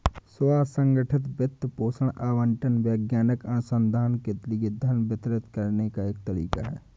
स्व संगठित वित्त पोषण आवंटन वैज्ञानिक अनुसंधान के लिए धन वितरित करने का एक तरीका हैं